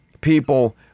people